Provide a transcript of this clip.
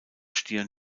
stirn